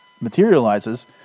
materializes